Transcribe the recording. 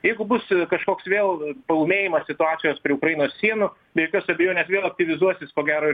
jeigu bus kažkoks vėl paūmėjimas situacijos prie ukrainos sienų be jokios abejonės vėl aktyvizuosis ko gero